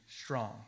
strong